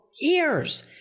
years